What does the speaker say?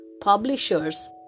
publishers